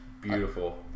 beautiful